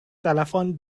telepon